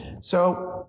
So-